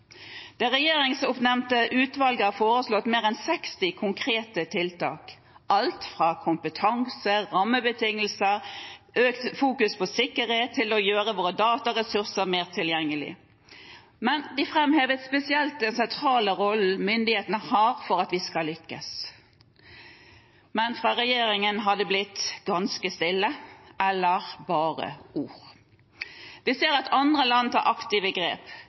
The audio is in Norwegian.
Det regjeringsoppnevnte utvalget har foreslått mer enn 60 konkrete tiltak – alt fra kompetanse, rammebetingelser og økt fokus på sikkerhet til å gjøre våre dataressurser mer tilgjengelige. De framhever spesielt den sentrale rollen myndighetene har for at vi skal lykkes. Men fra regjeringen er det blitt ganske stille eller bare ord. Vi ser at andre land tar aktive grep.